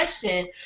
question